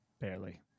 Barely